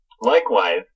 Likewise